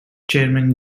chairman